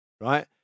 right